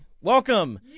Welcome